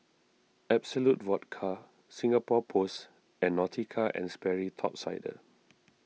Absolut Vodka Singapore Post and Nautica and Sperry Top Sider